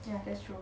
ya that's true